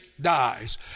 dies